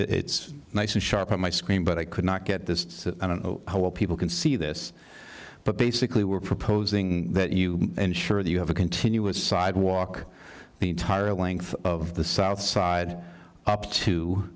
it's nice and sharp on my screen but i could not get this whole people can see this but basically we're proposing that you ensure that you have a continuous sidewalk the entire length of the south side up to